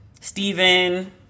Stephen